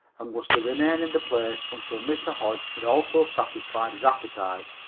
and was to remain in the place until mr. hodge had also satisfied his appetite.